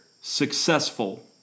Successful